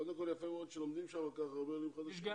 קודם כל יפה מאוד שלומדים שם כל כך הרבה עולים חדשים.